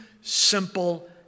simple